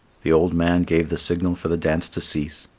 the old man gave the signal for the dance to cease.